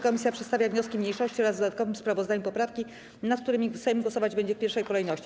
Komisja przedstawia wnioski mniejszości oraz w dodatkowym sprawozdaniu poprawki, nad którymi Sejm głosować będzie w pierwszej kolejności.